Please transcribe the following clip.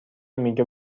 میگه